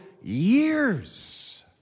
years